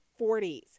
40s